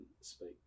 speak